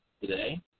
today